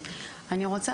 אני רוצה